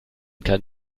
kann